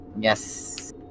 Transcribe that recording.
Yes